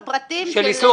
לדון בפרטים של איסור